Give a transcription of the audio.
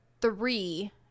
three